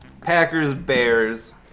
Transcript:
Packers-Bears